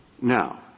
Now